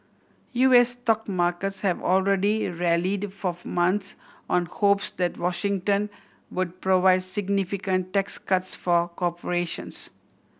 U S stock markets have already rallied for months on hopes that Washington would provide significant tax cuts for corporations